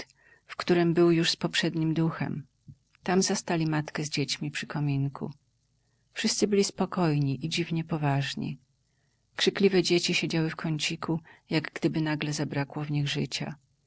w którem był już z poprzednim duchem tam zastali matkę z dziećmi przy kominku wszyscy byli spokojni i dziwnie poważni krzykliwe dzieci siedziały w kąciku jak gdyby nagle zabrakło w nich życia